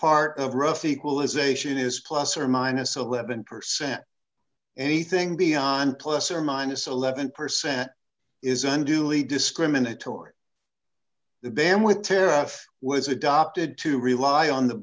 part of rough equalization is plus or minus eleven percent anything beyond plus or minus eleven percent is unduly discriminatory them with tariff was adopted to rely on the